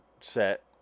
set